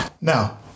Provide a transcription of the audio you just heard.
Now